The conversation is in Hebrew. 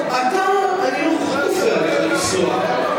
יהיה לא ייסעו בשבת ובחג?